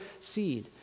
seed